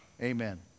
Amen